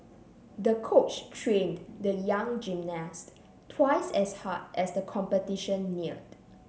the coach trained the young gymnast twice as hard as the competition neared